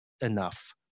enough